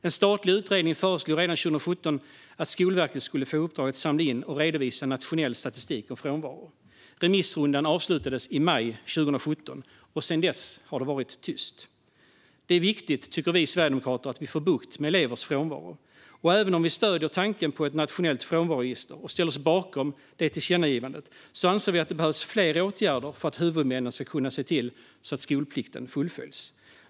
En statlig utredning föreslog redan 2017 att Skolverket skulle få i uppdrag att samla in och redovisa nationell statistik om frånvaro. Remissrundan avslutades i maj 2017, och sedan dess har det varit tyst. Det är viktigt, tycker vi sverigedemokrater, att vi får bukt med elevers frånvaro. Även om vi stöder tanken på ett nationellt frånvaroregister och ställer oss bakom det tillkännagivandet anser vi att det behövs fler åtgärder för att huvudmännen ska kunna se till att skolplikten följs.